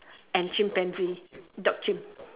and chimpanzee dog chimp